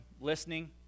listening